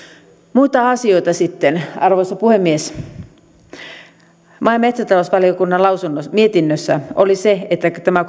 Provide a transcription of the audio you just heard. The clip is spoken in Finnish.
muita asioita sitten arvoisa puhemies maa ja metsätalousvaliokunnan mietinnössä oli se että tämä